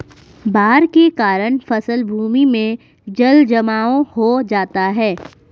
बाढ़ के कारण फसल भूमि में जलजमाव हो जाता है